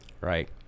right